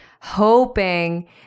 hoping